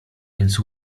więc